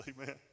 Amen